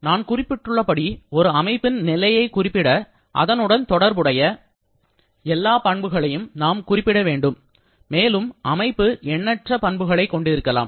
நான் குறிப்பிட்டுள்ளபடி ஒரு அமைப்பின் நிலையைக் குறிப்பிட அதனுடன் தொடர்புடைய எல்லா பண்புகளையும் நாம் குறிப்பிட வேண்டும் மேலும் அமைப்பு எண்ணற்ற பண்புகளைக் கொண்டிருக்கலாம்